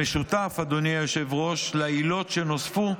המשותף לעילות שנוספו,